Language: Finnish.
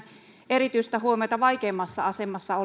erityistä huomiota vaikeimmassa asemassa